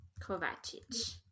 Kovacic